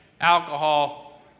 alcohol